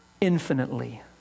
infinitely